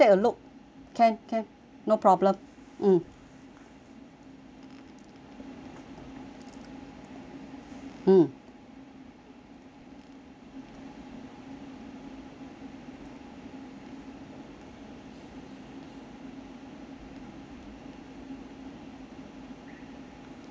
can can no problem mm mm